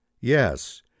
Yes